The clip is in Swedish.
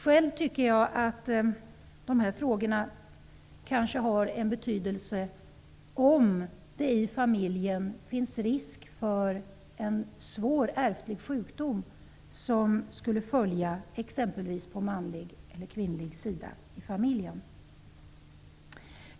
Själv tycker jag att de här frågorna har en betydelse om det i familjen finns risk för en svår ärftlig sjukdom som följer antingen den manliga eller den kvinnliga sidan i familjen.